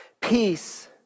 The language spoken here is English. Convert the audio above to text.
Peace